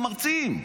המרצים.